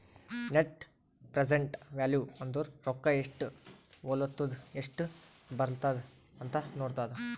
net present value ಅಂದುರ್ ರೊಕ್ಕಾ ಎಸ್ಟ್ ಹೊಲತ್ತುದ ಎಸ್ಟ್ ಬರ್ಲತ್ತದ ಅಂತ್ ನೋಡದ್ದ